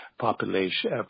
population